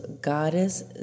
Goddess